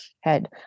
head